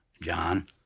John